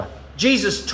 Jesus